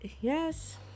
yes